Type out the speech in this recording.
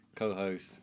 co-host